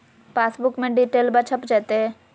पासबुका में डिटेल्बा छप जयते?